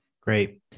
Great